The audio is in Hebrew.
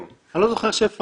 הטכנולוגיה באה לשרת